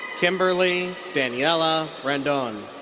kimberly daniela rendon.